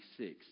1996